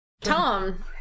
Tom